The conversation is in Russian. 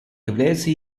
является